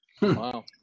Wow